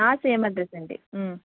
same address అండీ